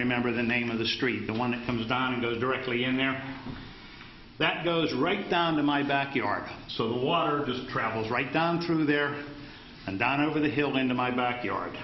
remember the name of the street the one that comes down goes directly in them that goes right down in my backyard so the water just travels right down through there and down over the hill into my backyard